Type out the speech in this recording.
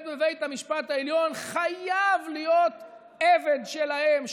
בבית המשפט העליון חייב להיות עבד שלהם,